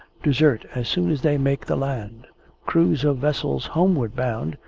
desert as soon as they make the land crews of vessels homeward-bound,